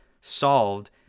solved